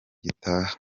gitaha